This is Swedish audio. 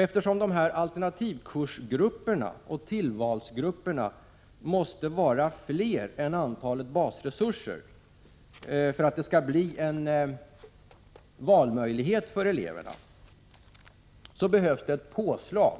Eftersom antalet alternativkursgrupper och tillvalsgrupper måste vara större än antalet basresurser för att eleverna skall få en valmöjlighet, behövs ett påslag